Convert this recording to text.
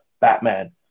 batman